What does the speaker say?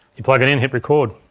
you plug it in, hit record,